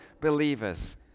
believers